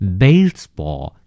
baseball